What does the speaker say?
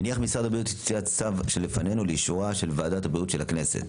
הניח משרד הבריאות את הצו שלפנינו לאישורה של ועדת הבריאות של הכנסת.